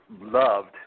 loved